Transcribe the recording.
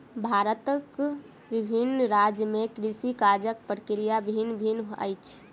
भारतक विभिन्न राज्य में कृषि काजक प्रक्रिया भिन्न भिन्न अछि